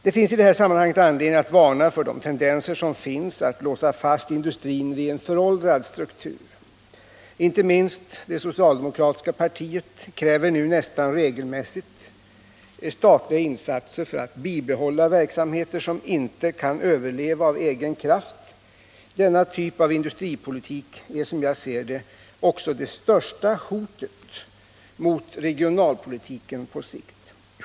Det finns i detta sammanhang anledning att varna för de tendenser som finns att låsa fast industrin vid en föråldrad struktur. Inte minst det socialdemokratiska partiet kräver nu nästan regelmässigt statliga insatser för att bibehålla verksamheter som inte kan överleva av egen kraft. Denna typ av industripolitik är, som jag ser det, också det största hotet mot regionalpolitiken på sikt.